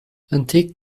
antique